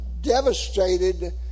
devastated